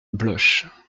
bloche